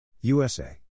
USA